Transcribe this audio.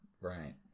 Right